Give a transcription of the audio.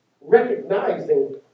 recognizing